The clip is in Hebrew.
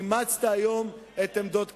אימצת היום את עמדות קדימה.